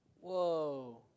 Whoa